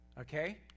Okay